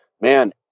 man